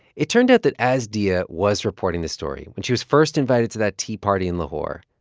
it turned out that as diaa ah was reporting this story, when she was first invited to that tea party in lahore,